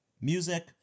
music